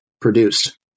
produced